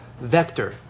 vector